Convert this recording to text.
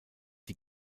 die